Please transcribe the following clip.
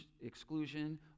exclusion